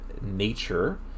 nature